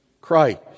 Christ